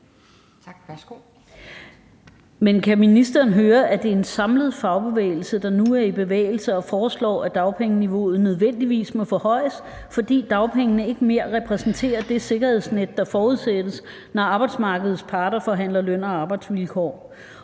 kan ministeren høre, at det er en samlet fagbevægelse, der nu er i bevægelse og foreslår, at dagpengeniveauet nødvendigvis må forhøjes, fordi dagpengene ikke mere repræsenterer det sikkerhedsnet, der forudsættes, når arbejdsmarkedets parter forhandler løn- og arbejdsvilkår?